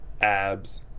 abs